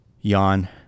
Yawn